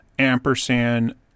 ampersand